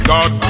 God